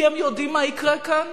כי הם יודעים מה יקרה כאן,